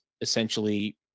essentially